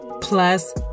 Plus